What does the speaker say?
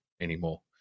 anymore